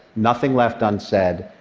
nothing left unsaid.